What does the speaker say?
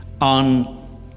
on